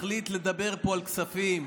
הוא מחליט לדבר פה על הכספים.